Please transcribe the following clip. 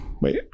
wait